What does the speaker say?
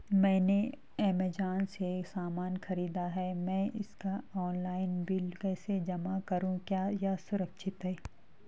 मैंने ऐमज़ान से सामान खरीदा है मैं इसका ऑनलाइन बिल कैसे जमा करूँ क्या यह सुरक्षित है?